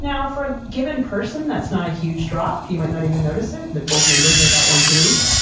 now, for a given person that's not a huge drop. you might not even notice it. the both numbers are about once a week.